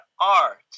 art